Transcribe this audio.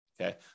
Okay